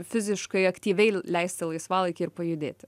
fiziškai aktyviai leisti laisvalaikį ir pajudėti